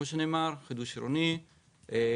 חידוש עירוני.